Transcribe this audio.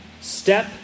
step